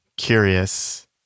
Curious